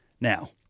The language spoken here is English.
Now